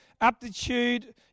aptitude